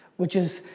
which is,